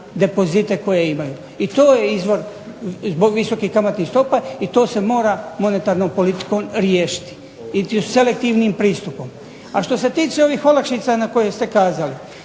depozite koje imaju. I to je izvor zbog visokih kamatnih stopa i to se mora monetarnom politikom riješiti ili selektivnim pristupom. A što se tiče ovih olakšica na koje ste kazali,